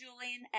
Julian